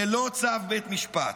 ללא צו בית משפט,